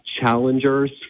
challengers